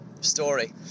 story